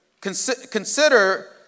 Consider